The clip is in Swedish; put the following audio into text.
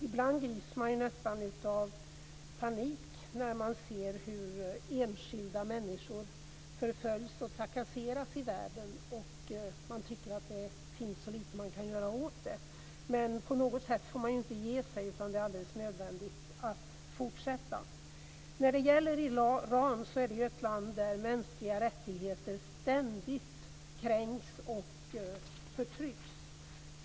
Ibland grips man ju nästan av panik när man ser hur enskilda människor förföljs och trakasseras i världen, och man tycker att det finns så lite man kan göra åt det, men på något sätt får man inte ge sig, utan det är alldeles nödvändigt att fortsätta. Iran är ett land där mänskliga rättigheter ständigt kränks och förtrycks.